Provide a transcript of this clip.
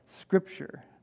scripture